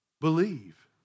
Believe